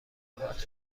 هات